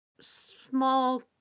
small